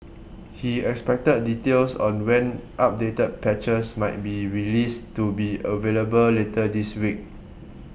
he expected details on when updated patches might be released to be available later this week